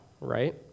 right